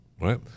right